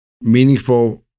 meaningful